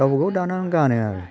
गावबागाव दानानै गानो आरो